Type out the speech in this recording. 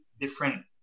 different